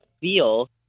feel